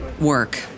work